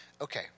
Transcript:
Okay